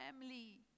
family